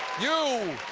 you